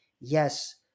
yes